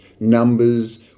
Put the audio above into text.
numbers